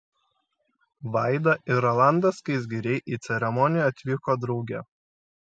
vaida ir rolandas skaisgiriai į ceremoniją atvyko drauge